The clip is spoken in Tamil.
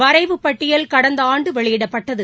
வரைவு பட்டியல் கடந்த ஆண்டு வெளியிடப்பட்டது